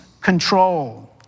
control